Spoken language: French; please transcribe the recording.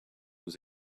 aux